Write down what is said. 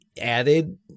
added